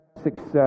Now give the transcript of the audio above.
success